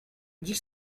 dziś